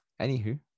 anywho